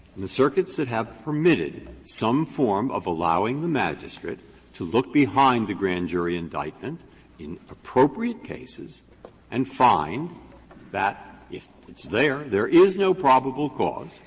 the circuits that have permitted some form of allowing the magistrate to look behind the grand jury indictment in appropriate cases and find that it's there, there is no probable cause,